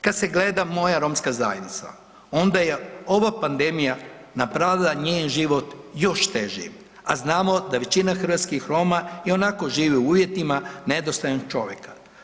Kad se gleda moja romska zajednica onda je ova pandemija napravila njen život još težim, a znamo da većina hrvatskih Roma ionako žive u uvjetima nedostojnog čovjeka.